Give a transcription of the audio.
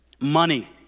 Money